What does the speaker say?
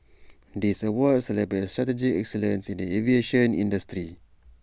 this awards celebrate strategic excellence in the aviation industry